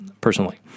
personally